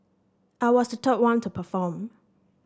I was the third one to perform